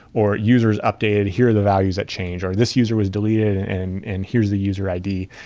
or, user is updated. here are the values that changed, or, this user was deleted and and here's the user id.